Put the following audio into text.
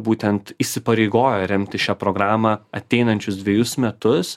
būtent įsipareigojo remti šią programą ateinančius dvejus metus